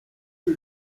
que